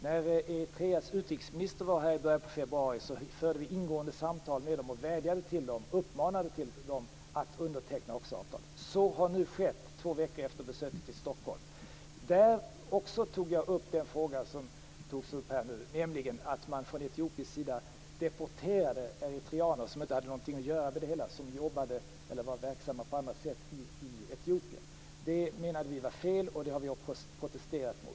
När Eritreas utrikesminister i början av februari var här förde vi ingående samtal med dem. Vi vädjade till dem och uppmanade dem att underteckna avtalet. Så har nu skett, två veckor efter besöket i Stockholm. Jag tog då också upp den fråga som här har tagits upp, nämligen att man från etiopisk sida deporterade eritreaner som inte hade med det hela att göra, utan som jobbade eller var verksamma på annat sätt i Etiopien. Det menade vi var fel och det har vi protesterat mot.